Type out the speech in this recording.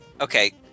Okay